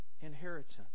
inheritance